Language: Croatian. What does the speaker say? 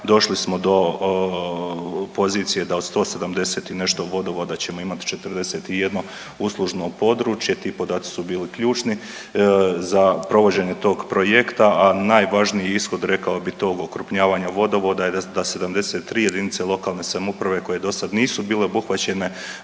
došli smo do pozicije da od 170 i nešto vodovoda ćemo imati 41 uslužno područje. Ti podaci su bili ključni za provođenje tog projekta, a najvažniji ishod, rekao bih, tog okrupnjavanja vodovoda je da 73 jedinice lokalne samouprave koje dosad nisu bile obuhvaćene